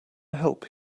help